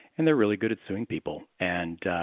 and they're really good at suing people. and